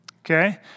Okay